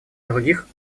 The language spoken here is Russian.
других